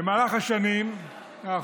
במהלך השנים האחרונות